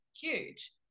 huge